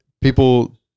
people